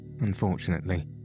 unfortunately